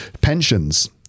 Pensions